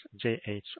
jh